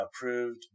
approved